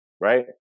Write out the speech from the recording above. right